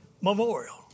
Memorial